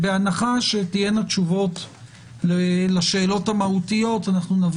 בהנחה שיהיו תשובות לשאלות המהותיות אנחנו נביא